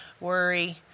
worry